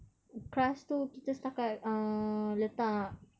crust tu kita setakat uh letak